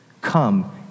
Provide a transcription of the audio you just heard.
Come